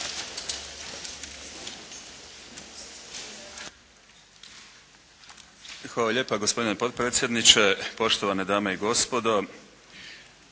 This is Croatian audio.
Hvala lijepa gospodine potpredsjedniče, poštovane dame i gospodo,